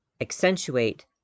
accentuate